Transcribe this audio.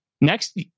Next